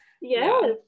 yes